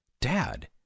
dad